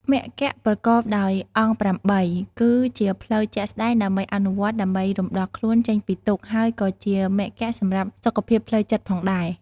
មគ្គប្រកបដោយអង្គ ៨ គឺជាផ្លូវជាក់ស្តែងដើម្បីអនុវត្តន៍ដើម្បីរំដោះខ្លួនចេញពីទុក្ខ ហើយក៏ជាមគ្គសម្រាប់សុខភាពផ្លូវចិត្តផងដែរ។